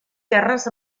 guerres